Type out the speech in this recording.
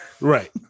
right